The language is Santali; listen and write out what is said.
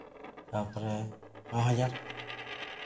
ᱛᱟᱨᱯᱚᱨᱮ ᱱᱚ ᱦᱟᱡᱟᱨ